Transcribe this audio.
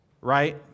right